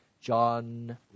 John